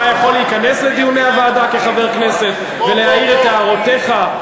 אתה יכול להיכנס לדיוני הוועדה כחבר כנסת ולהעיר את הערותיך.